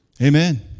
Amen